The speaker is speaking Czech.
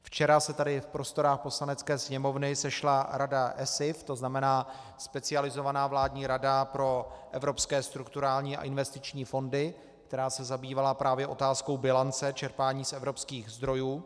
Včera se tady v prostorách Poslanecké sněmovny sešla Rada ESIF, to znamená specializovaná vládní Rada pro evropské strukturální a investiční fondy, která se zabývala právě otázkou bilance čerpání z evropských zdrojů.